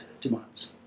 demands